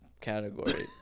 Category